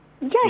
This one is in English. yes